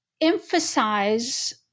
emphasize –